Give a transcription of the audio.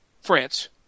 France